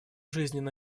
жизненно